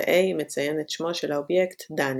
ו-a מציין את שמו של האובייקט, דני.